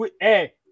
hey